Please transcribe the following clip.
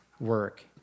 work